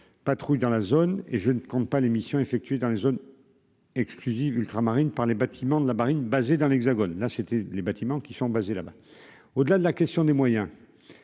patrouille dans la zone et je ne compte pas l'émission effectuées dans les zones exclusives ultramarine par les bâtiments de la marine basée dans l'Hexagone, là c'était les bâtiments qui sont basés là-bas, au-delà de la question des moyens.